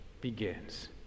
begins